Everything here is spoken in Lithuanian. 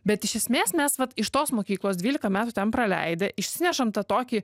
bet iš esmės mes vat iš tos mokyklos dvylika metų ten praleidę išsinešam tą tokį